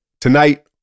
Tonight